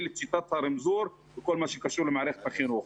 את שיטת הרמזור בכל מה שקשור למערכת החינוך.